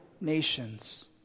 nations